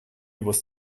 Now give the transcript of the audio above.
was